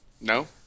No